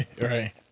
Right